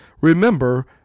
remember